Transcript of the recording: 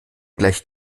gleich